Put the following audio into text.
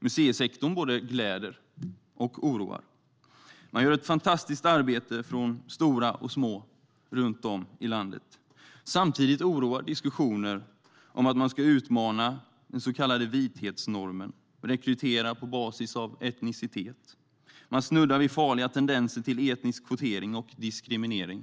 Museisektorn både gläder och oroar. Det görs ett fantastiskt arbete av stora och små runt om i landet. Samtidigt oroar diskussioner om att man ska utmana den så kallade vithetsnormen och rekrytera på basis av etnicitet. Man snuddar vid farliga tendenser till etnisk kvotering och diskriminering.